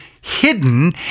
hidden